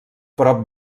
prop